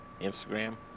Instagram